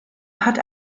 hat